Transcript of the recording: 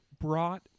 brought